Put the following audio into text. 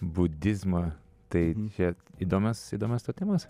budizmą tai čia įdomios įdomios tau temos